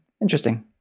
interesting